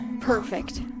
perfect